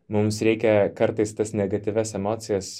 mums reikia kartais tas negatyvias emocijas